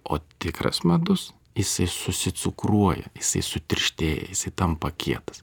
o tikras medus jisai susicukruoja jisai sutirštėja jisai tampa kietas